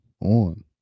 on